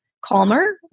calmer